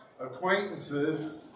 acquaintances